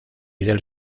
del